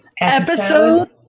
Episode